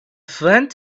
flint